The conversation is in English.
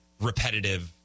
repetitive